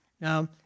Now